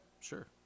sure